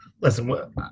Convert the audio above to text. listen